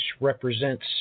represents